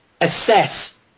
Assess